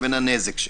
לנזק שלה.